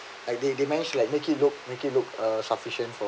like they they managed to make it look make it look uh sufficient for